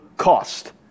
cost